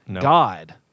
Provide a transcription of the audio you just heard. God